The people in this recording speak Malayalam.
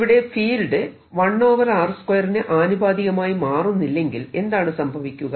ഇവിടെ ഫീൽഡ് 1 r 2 ന് ആനുപാതികമായി മാറുന്നില്ലെങ്കിൽ എന്താണ് സംഭവിക്കുക